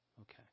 Okay